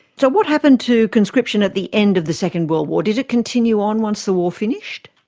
so what happened to conscription at the end of the second world war? did it continue on once the war finished?